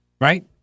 right